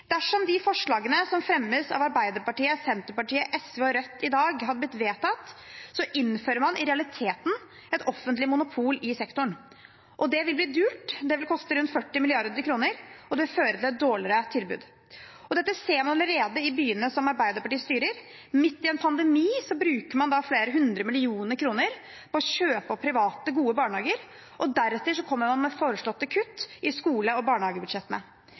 Dersom de forslagene som fremmes av Arbeiderpartiet, Senterpartiet og SV, i dag hadde blitt vedtatt, innfører man i realiteten et offentlig monopol i sektoren, og det vil bli dyrt – det vil koste rundt 40 mrd. kr, og det vil føre til et dårligere tilbud. Dette ser man allerede i byene som Arbeiderpartiet styrer. Midt i en pandemi bruker man flere hundre millioner kroner på å kjøpe opp private gode barnehager, og deretter kommer man med foreslåtte kutt i skole- og barnehagebudsjettene.